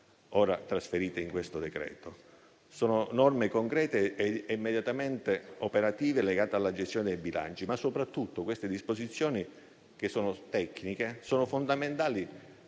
ora trasferite in questo decreto. Sono norme concrete e immediatamente operative, legate alla gestione dei bilanci; ma soprattutto queste disposizioni tecniche sono fondamentali,